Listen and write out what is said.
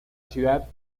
ciudad